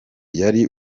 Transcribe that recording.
yari